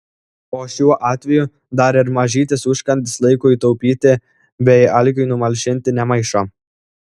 o šiuo atveju dar ir mažytis užkandis laikui taupyti bei alkiui numalšinti nemaišo